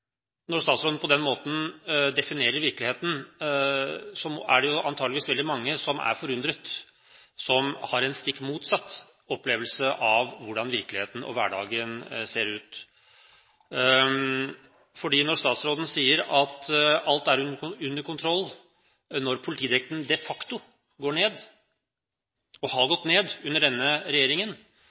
Når statsråden på den måten definerer virkeligheten, er det antakeligvis veldig mange som er forundret – som har en stikk motsatt opplevelse av hvordan virkeligheten og hverdagen ser ut. Statsråden sier at alt er under kontroll, selv om politidekningen de facto går ned, og har gått ned, under denne regjeringen.